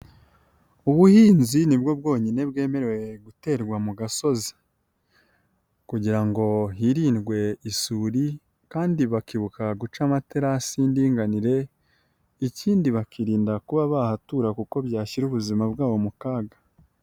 Ubuhinzi nibwo bwonyine bwemerewe guterwa mu gasozi kugira ngo hirindwe isuri kandi bakibuka guca amaterasi y'indinganire, ikindi bakirinda kuba bahatura kuko byashyira ubuzima bwabo mu kaga.